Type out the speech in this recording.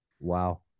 Wow